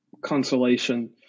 consolation